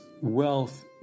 wealth